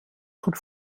goed